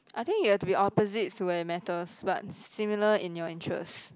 I think you have to be opposites to where it matters but similar in your interest